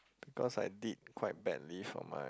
because I did quite badly for my